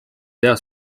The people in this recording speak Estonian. tea